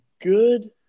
good